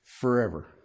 forever